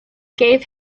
gave